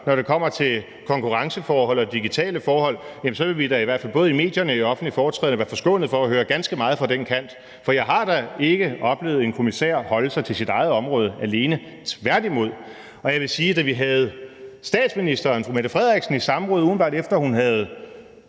når det kommer til konkurrenceforhold og digitale forhold, så vil vi da i hvert fald både i medierne og i offentligt foretræde være forskånet for at høre ganske meget fra den kant, for jeg har da ikke oplevet en kommissær holde sig til sit eget område alene – tværtimod. Og jeg vil sige, at da vi havde statsministeren i samråd, umiddelbart efter hun havde